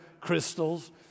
crystals